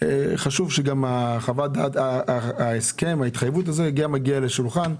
חשוב שגם ההסכם או ההתחייבות הזאת תגיע לשולחן.